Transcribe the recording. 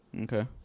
Okay